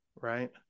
Right